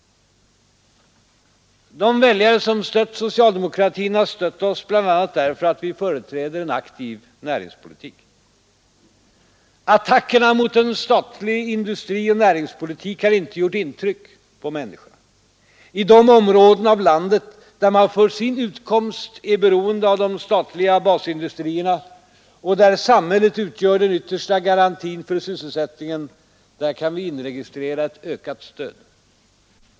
De väljare som stött socialdemokratin har stött oss bl.a. därför att vi företräder en aktiv näringspolitik. Attackerna mot en statlig industrioch näringspolitik har inte gjort intryck på människorna. I de områden av landet där man för sin utkomst är beroende av de statliga basindustrierna och där samhället utgör den yttersta garantin för sysselsättningen, där kan vi inregistrera ett ökat stöd.